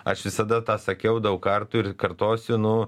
aš visada tą sakiau daug kartų ir kartosiu nu